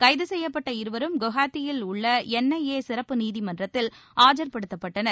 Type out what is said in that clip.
கைது செய்யப்பட்ட இருவரும் குவஹாத்தியில் உள்ள என்ஐஏ சிறப்பு நீதிமன்றத்தில் ஆஜர்படுத்தப்பட்டனர்